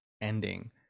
ending